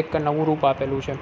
એક નવું રૂપ આપેલું છે